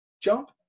jump